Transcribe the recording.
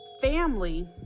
family